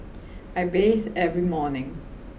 I bathe every morning